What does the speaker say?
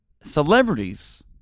celebrities